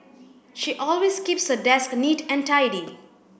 she always keeps her desk neat and tidy